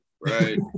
right